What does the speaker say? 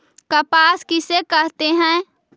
कपास किसे कहते हैं?